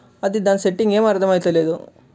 అది దాని సెట్టింగ్ ఏం అర్థమైతలేదు